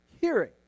hearing